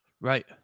Right